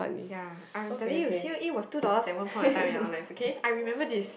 ya I'm telling you C_O_E was two dollars at one point time in our lives okay I remember this